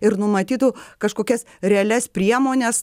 ir numatytų kažkokias realias priemones